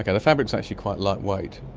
kind of fabric is actually quite lightweight.